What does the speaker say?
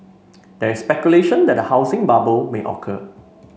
there is speculation that a housing bubble may occur